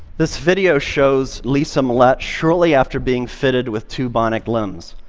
this video shows lisa mallette, shortly after being fitted with two bionic limbs.